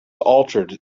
altered